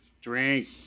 Drink